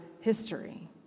history